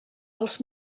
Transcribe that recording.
els